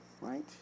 Right